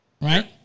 right